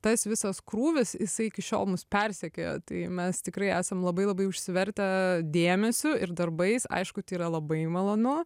tas visas krūvis jisai iki šiol mus persekioja tai mes tikrai esam labai labai užsivertę dėmesiu ir darbais aišku tai yra labai malonu